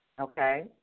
Okay